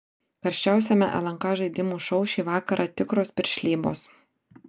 karščiausiame lnk žaidimų šou šį vakarą tikros piršlybos